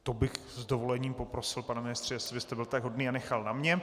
To bych s dovolením poprosil, pane ministře, jestli byste byl tak hodný a nechal na mě.